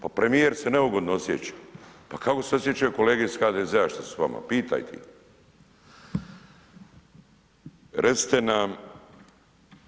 Pa premijer se neugodno osjeća, pa kako se osjećaju kolege iz HDZ-a što su s vama, pitajte ih.